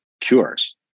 cures